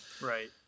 Right